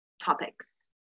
topics